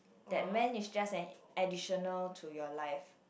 that man is just an additional to your life